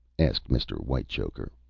asked mr. whitechoker.